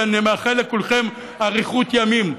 ואני מאחל לכולכם אריכות ימים.